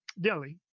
Delhi